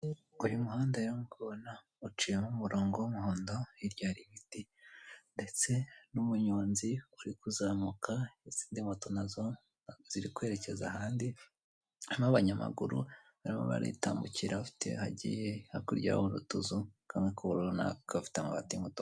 Uyu muhanda nk'uko ubibona uciyemo umurongo w'umuhondo hirya hari ibiti ndetse n'umuyonzi uri kuzamuka izindi moto nazo ziri kwerekeza ahandi hari n'abanyamaguru barimo baratambuka bafite bagiye hakurya y'utuzu hakaba hari inzu y'amabati y'umutuku.